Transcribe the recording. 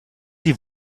die